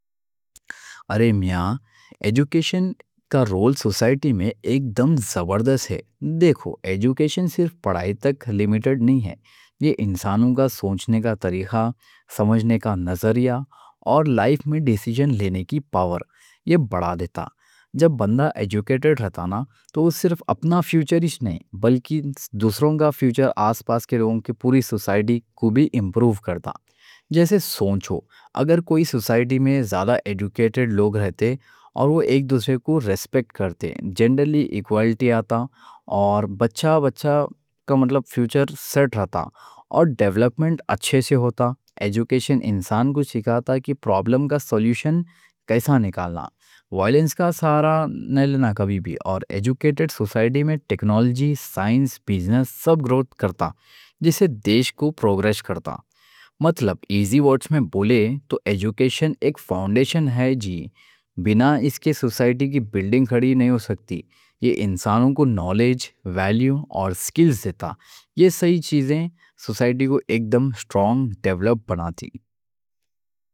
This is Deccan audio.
ارے میاں ایڈوکیشن کا رول سوسائٹی میں ایک دم زبردست ہے۔ دیکھو ایڈوکیشن صرف پڑھائی تک لِمٹڈ نہیں ہے۔ یہ انسانوں کا سوچنے کا طریقہ، سمجھنے کا نظریہ، اور لائف میں ڈیسیژن لینے کی پاور یہ بڑھا دیتا۔ جب بندہ ایڈوکیٹڈ رہتا نا تو وہ صرف اپنا فیوچر ہی نہیں بلکہ دوسروں کا فیوچر، آس پاس کے لوگوں کی پوری سوسائٹی کو بھی امپروو کرتا۔ جیسے سوچو اگر کوئی سوسائٹی میں زیادہ ایڈوکیٹڈ لوگ رہتے اور وہ ایک دوسرے کو رسپیکٹ کرتے، جنرلی ایکوالیٹی آتا اور بچا بچا کا مطلب فیوچر سیٹ رہتا اور ڈیولپمنٹ اچھے سے ہوتا۔ ایڈوکیشن انسان کو سکھاتا کہ پرابلم کا سولوشن کیسا نکالنا، وائلنس کا سہارا نہیں لینا کبھی بھی۔ اور ایڈوکیٹڈ سوسائٹی میں ٹیکنالوجی، سائنس، بیزنس سب گروت کرتا جس سے دیش کو پروگریس کرتا۔ مطلب ایزی ورڈز میں بولے تو ایڈوکیشن ایک فاؤنڈیشن ہے جی، بینہ اس کے سوسائٹی کی بیلڈنگ کھڑی نہیں ہو سکتی۔ یہ انسانوں کو نالج، ویلیو اور اسکلز دیتا۔ یہ صحیح چیزیں سوسائٹی کو ایک دم سٹرونگ ڈیولپ بناتی۔